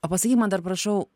o pasakyk man dar prašau